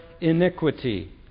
iniquity